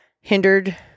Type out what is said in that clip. hindered